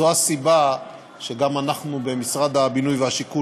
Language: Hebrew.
זו הסיבה שגם אנחנו במשרד הבינוי והשיכון